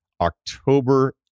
October